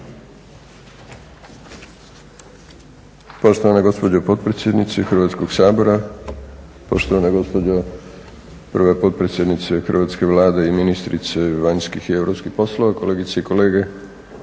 Poštovana gospođo potpredsjednice Hrvatskog sabora, poštovana gospođo potpredsjednice Hrvatske Vlade i ministrice vanjskih i europskih poslova, kolegice i kolege.